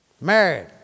married